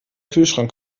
kühlschrank